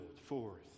forth